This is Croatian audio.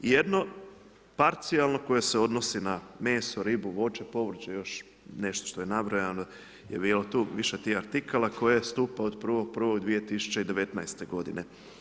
Jedno parcijalno koje se odnosi na meso, ribu, voće, povrće još nešto što je nabrojano je bilo tu, više tih artikala koje stupa od 1.1.2019. godine.